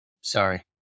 sorry